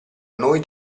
noi